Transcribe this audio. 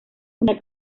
una